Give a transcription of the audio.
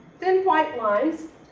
thin white lines,